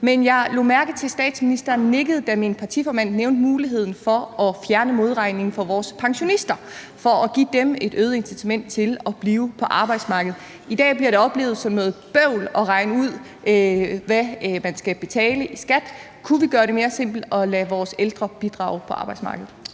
Men jeg lagde mærke til, at statsministeren nikkede, da min partiformand nævnte muligheden for at fjerne modregningen for vores pensionister for at give dem et øget incitament til at blive på arbejdsmarkedet. I dag bliver det oplevet som noget bøvl at regne ud, hvad man skal betale i skat. Kunne vi gøre det mere simpelt og lade vores ældre bidrage på arbejdsmarkedet?